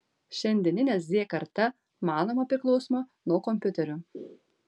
šiandieninė z karta manoma priklausoma nuo kompiuterių